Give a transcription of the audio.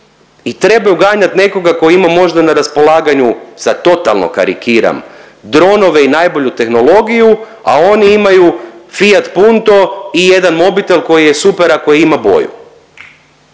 i trebaju ganjat nekoga ko ima možda na raspolaganju, sad totalno karikiram, dronove i najbolju tehnologiju, a oni imaju Fiat Punto i jedan mobitel koji je super ako ima boju.